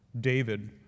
David